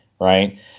right